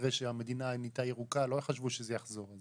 אחרי שהמדינה נהייתה ירוקה לא חשבו שזה יחזור.